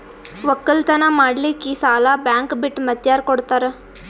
ಒಕ್ಕಲತನ ಮಾಡಲಿಕ್ಕಿ ಸಾಲಾ ಬ್ಯಾಂಕ ಬಿಟ್ಟ ಮಾತ್ಯಾರ ಕೊಡತಾರ?